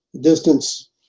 distance